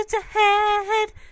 ahead